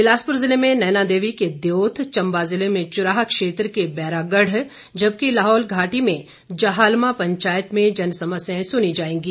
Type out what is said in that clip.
बिलासपुर जिले में नैनादेवी के दयोथ चंबा जिले में चुराह क्षेत्र के बैरागढ़ जबकि लाहौल घाटी में जाहलमा पंचायत में जनसमस्याएं सुनी जाएंगी